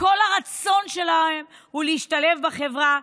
שכל הרצון שלהם הוא להשתלב בחברה.